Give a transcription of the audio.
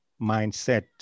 mindset